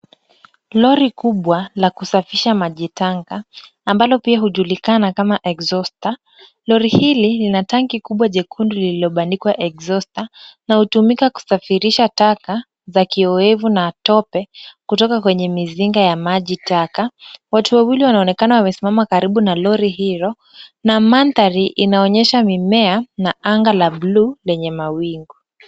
Lori kubwa la kusafisha maji taka ambalo pia hujulikana kama exhauste r. Lori hili lina tanki kubwa jekundu lililobandikwa exhauster na hutumika kusafirisha taka za kioevu na tope kutoka kwenye mizinga ya maji taka. Watu wawili wanaonekana wamesimama karibu na lori hilo na mandhari inaonyesha mimea na anga la bluu lenye mawingu.